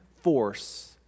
force